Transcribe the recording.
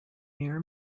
near